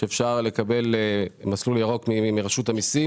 שאפשר לקבל מסלול ירוק מרשות המיסים.